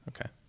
Okay